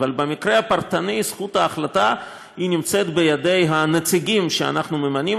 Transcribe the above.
אבל במקרה הפרטני זכות ההחלטה היא בידי הנציגים שאנחנו ממנים,